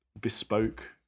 bespoke